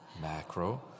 Macro